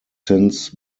since